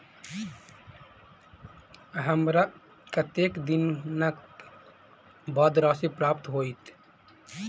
हमरा कत्तेक दिनक बाद राशि प्राप्त होइत?